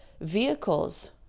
vehicles